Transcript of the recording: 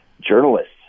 journalists